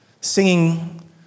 singing